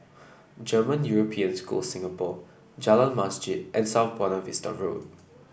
German European School Singapore Jalan Masjid and South Buona Vista Road